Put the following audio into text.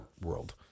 world